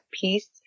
peace